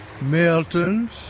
Milton's